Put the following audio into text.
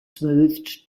smoothed